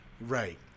right